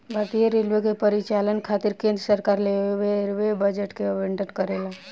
भारतीय रेलवे के परिचालन खातिर केंद्र सरकार रेलवे बजट के आवंटन करेला